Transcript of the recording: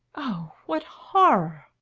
oh, what horror!